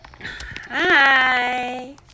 Hi